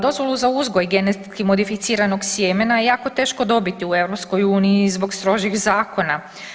Dozvolu za uvoz genetski modificiranog sjemena je jako teško dobiti u EU zbog strožih zakona.